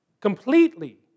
completely